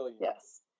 Yes